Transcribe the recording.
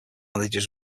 bandages